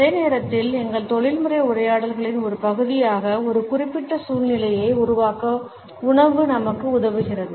அதே நேரத்தில் எங்கள் தொழில்முறை உரையாடல்களின் ஒரு பகுதியாக ஒரு குறிப்பிட்ட சூழ்நிலையை உருவாக்க உணவு நமக்கு உதவுகிறது